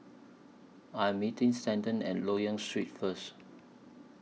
I Am meeting Stanton At Loyang Street First